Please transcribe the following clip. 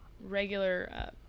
regular